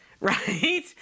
right